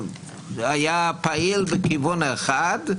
היה פעיל בכיוון אחד,